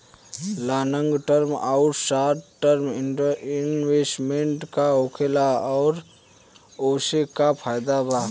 Long term आउर short term investment का होखेला और ओसे का फायदा बा?